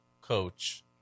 coach